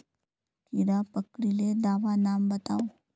कीड़ा पकरिले दाबा नाम बाताउ?